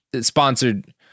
sponsored